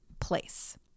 place